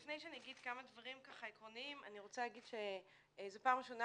לפני שאגיד כמה דברים עקרוניים אני רוצה להגיד שזו פעם ראשונה,